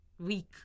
week